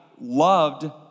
loved